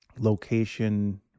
Location